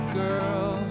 girl